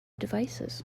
devices